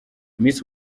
miss